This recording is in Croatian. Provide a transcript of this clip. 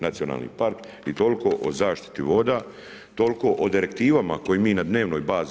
Nacionalni park i toliko o zaštiti voda, toliko o direktivama koje mi na dnevnoj bazi.